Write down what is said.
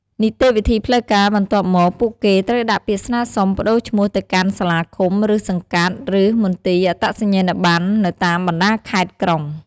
នីតិវិធីផ្លូវការ បន្ទាប់មក ពួកគេត្រូវដាក់ពាក្យស្នើសុំប្ដូរឈ្មោះទៅកាន់សាលាឃុំ ឬ សង្កាត់ ឬមន្ទីរអត្តសញ្ញាណប័ណ្ណនៅតាមបណ្ដាខេត្តក្រុង។